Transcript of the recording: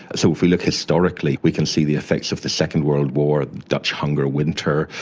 so if we look historically we can see the effects of the second world war, dutch hunger winter,